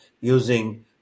using